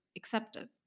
accepted